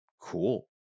cool